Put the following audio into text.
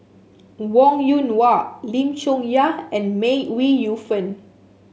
Wong Yoon Wah Lim Chong Yah and May Ooi Yu Fen